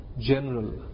general